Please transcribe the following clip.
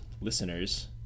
listeners